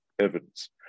evidence